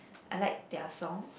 I like their song